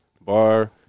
Bar